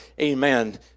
amen